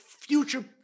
future